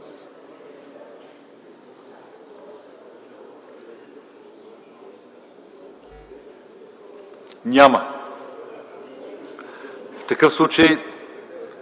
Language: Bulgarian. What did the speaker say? Няма. В такъв случай